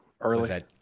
early